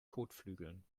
kotflügeln